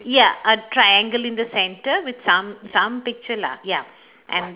ya a triangle in the centre with some some picture lah ya and